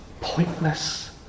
pointless